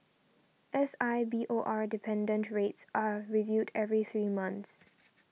S I B O R dependent rates are reviewed every three months